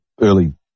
early